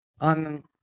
on